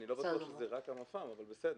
אני לא בטוח שזה רק הם, אבל בסדר.